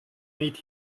meet